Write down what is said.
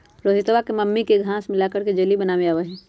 रोहितवा के मम्मी के घास्य मिलाकर जेली बनावे आवा हई